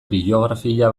biografia